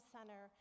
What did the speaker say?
Center